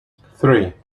three